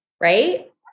Right